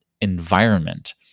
environment